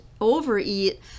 overeat